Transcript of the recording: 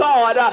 God